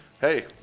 Hey